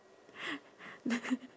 the